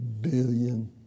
billion